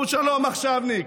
הוא שלום-עכשיווניק.